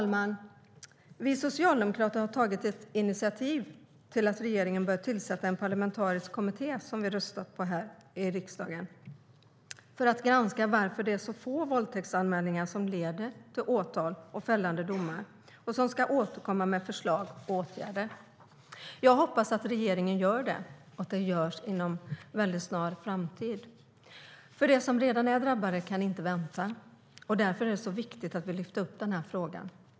Vi socialdemokrater har tagit ett initiativ till att regeringen bör tillsätta en parlamentarisk kommitté, som vi har röstat om här i riksdagen, som ska granska varför få våldtäktsanmälningar leder till åtal och fällande domar och återkomma med förslag på åtgärder. Jag hoppas att regeringen gör det och att det görs inom en snar framtid. De som redan är drabbade kan nämligen inte vänta, och därför är det viktigt att vi lyfter upp frågan.